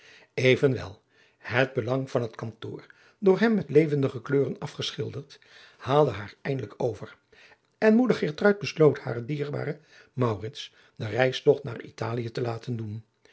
evenwel het belang van het kantoor door hem met levendige kleuren asgeschilderd haalde haar eindelijk over en moeder geertruid besloot haren dierbaren maurits den reistogt naar italië te laten doen